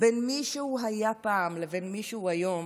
בין מי שהוא היה פעם לבין מי שהוא היום